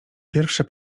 pierwsze